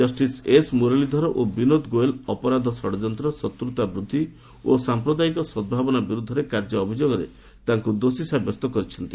justice S Muralidhar ଓ ବିନୋଦ ଗୋଏଲ ଅପରାଧ ଷଡ଼ଯନ୍ତ୍ର ଶତ୍ରତା ବୃଦ୍ଧି ଓ ସାଂପ୍ରଦାୟିକ ସଦ୍ଭାବନା ବିରୁଦ୍ଧରେ କାର୍ଯ୍ୟ ଅଭିଯୋଗରେ ତାଙ୍କୁ ଦୋଷୀ ସାବ୍ୟସ୍ତ କରିଛନ୍ତି